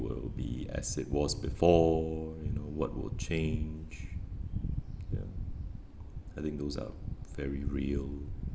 will be as it was before you know what will change ya I think those are very real